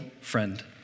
friend